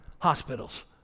Hospitals